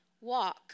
walk